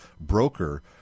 broker